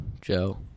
Joe